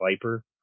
viper